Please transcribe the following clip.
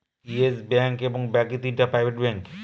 yes bank এবং বাকি তিনটা প্রাইভেট ব্যাঙ্ক